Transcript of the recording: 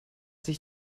sich